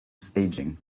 staging